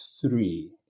three